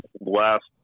last